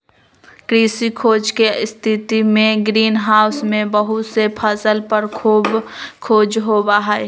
कृषि खोज के स्थितिमें ग्रीन हाउस में बहुत से फसल पर खोज होबा हई